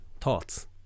Thoughts